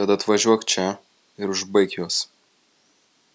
tad atvažiuok čia ir užbaik juos